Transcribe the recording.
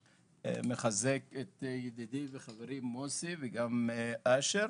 מחזק את ידידי וחברי מוסי וגם את יצחק,